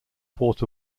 port